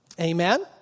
Amen